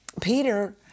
Peter